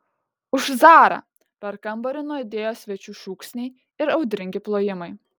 už zarą per kambarį nuaidėjo svečių šūksniai ir audringi plojimai